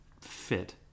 fit